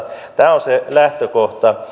tämä on se lähtökohta